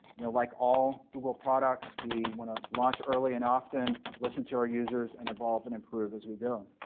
you know like all google products, we want to launch early and often, listen to our users, and evolve and improve as we go.